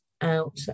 out